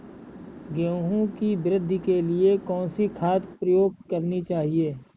गेहूँ की वृद्धि के लिए कौनसी खाद प्रयोग करनी चाहिए?